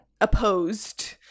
opposed